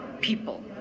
people